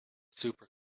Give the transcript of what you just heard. super